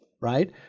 right